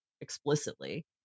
explicitly